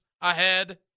ahead